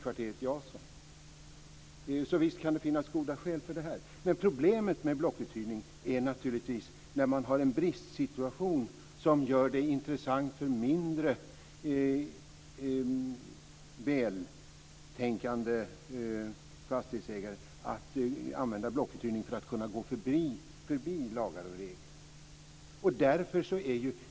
Visst kan det alltså finnas goda skäl för det här. Men problemet med blockuthyrning är naturligtvis att det i en bristsituation blir intressant för mindre vältänkande fastighetsägare att använda blockuthyrning för att gå förbi lagar och regler.